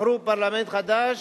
בחרו פרלמנט חדש,